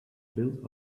built